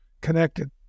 connected